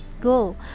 go